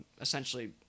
essentially